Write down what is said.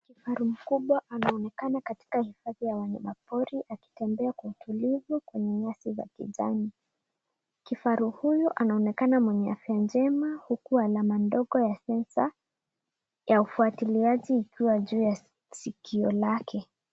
Kifaru mkubwa anaonekana katika hifadhi ya wanyamapori akitembea kwa utulivu kwenye nyasi za kijani. Kifaru huyu anaonekana mwenye afya njema huku alama ndogo ya sensa ya ufuatiliaji ikiwa juu ya sikio lake.